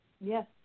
Yes